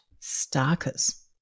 starkers